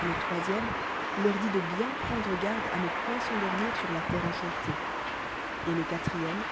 le troisième leur dit de bien prendre garde à ne point s'endormir sur la terre cuchadtée et le quatrième